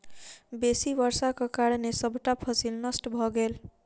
बेसी वर्षाक कारणें सबटा फसिल नष्ट भ गेल